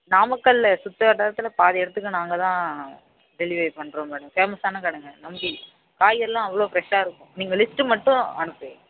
நாமக்கல் சுற்று வட்டாரத்தில் பாதி இடத்துக்கு நாங்கள் தான் டெலிவரி பண்ணுறோம் மேடம் ஃபேமஸான கடைங்க நம்பி காய்கறில்லாம் அவ்வளோ ஃப்ரெஷாக இருக்கும் நீங்கள் லிஸ்ட்டு மட்டும் அனுப்பி வையுங்க